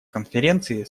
конференции